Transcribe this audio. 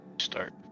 Start